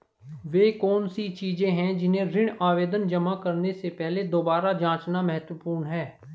वे कौन सी चीजें हैं जिन्हें ऋण आवेदन जमा करने से पहले दोबारा जांचना महत्वपूर्ण है?